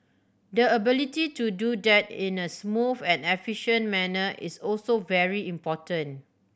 the ability to do that in a smooth and efficient manner is also very important